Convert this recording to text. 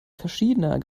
verschiedener